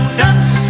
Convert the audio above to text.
dance